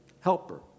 helper